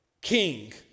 king